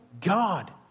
God